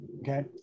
Okay